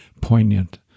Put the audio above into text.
poignant